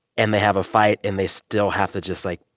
and they have a fight, and they still have to just, like,